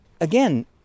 Again